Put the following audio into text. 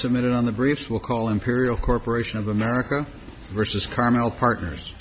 submit on the briefs will call imperial corporation of america versus carmel partners